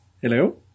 Hello